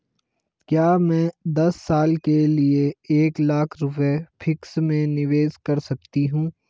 क्या मैं दस साल के लिए एक लाख रुपये फिक्स में निवेश कर सकती हूँ?